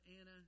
Anna